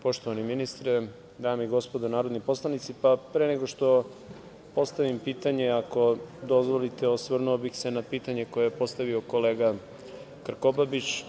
Poštovani ministre, dame i gospodo narodni poslanici, pre nego što postavim pitanje, ako dozvolite, osvrnuo bih se na pitanje koje je postavio kolega Krkobabić.